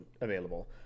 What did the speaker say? available